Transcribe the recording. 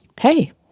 Hey